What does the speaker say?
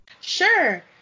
Sure